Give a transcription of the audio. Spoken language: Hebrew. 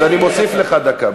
היו מעיפים אותו מהמפלגה.